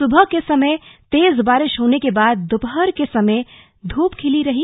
सुबह के समय तेज बारिश होने के बाद दोपहर के समय ध्रप खिली रही